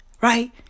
right